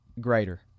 greater